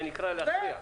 זה נקרא להכריע.